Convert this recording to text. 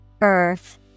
Earth